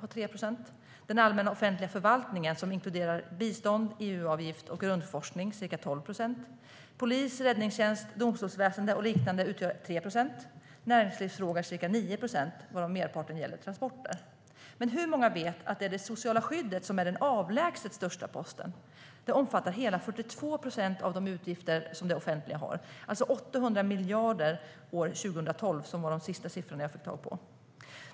för 3 procent, den allmänna offentliga förvaltningen som inkluderar bland annat bistånd, EU-avgift och grundforskning för ca 12 procent, polis, räddningstjänst, domstolsväsen och liknande utgör 3 procent och näringslivsfrågor ca 9 procent, varav merparten gäller transporter. Men hur många vet att det är det sociala skyddet som är den överlägset största posten? Det omfattar hela 42 procent av de offentliga utgifterna, alltså 800 miljarder 2012, vilket var de senaste siffrorna jag fick tag på.